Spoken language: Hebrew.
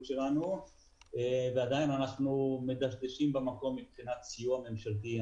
שלנו ועדיין אנחנו מדשדשים במקום מבחינת סיוע ממשלתי.